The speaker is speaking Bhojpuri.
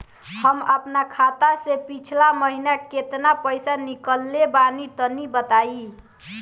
हम आपन खाता से पिछला महीना केतना पईसा निकलने बानि तनि बताईं?